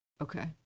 Okay